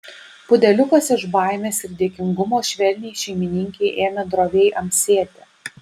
pudeliukas iš baimės ir dėkingumo švelniai šeimininkei ėmė droviai amsėti